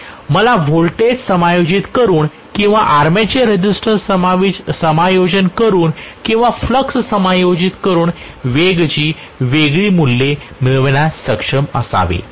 मला व्होल्टेज समायोजित करून किंवा आर्मेचर रेसिस्टन्स समायोजित करून किंवा फ्लूक्स समायोजित करून वेगची वेगळी मूल्ये मिळविण्यास सक्षम असावे